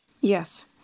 Yes